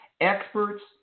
Experts